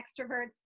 extroverts